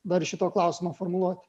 dar šito klausimo formuluoti